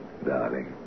darling